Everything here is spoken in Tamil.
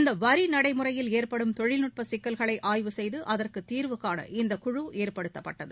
இந்த வரி நடைமுறையில் ஏற்படும் தொழில்நுட்ப சிக்கல்களை ஆய்வு செய்து அதற்கு தீர்வுகான இக்குழு ஏற்படுத்தப்பட்டது